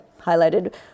highlighted